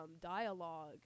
dialogue